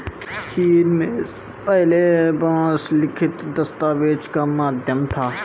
चीन में पहले बांस लिखित दस्तावेज का माध्यम था